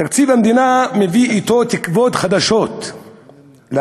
תקציב המדינה מביא אתו תקוות חדשות להנהגת